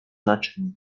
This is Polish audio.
naczyń